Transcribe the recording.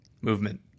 Movement